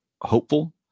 hopeful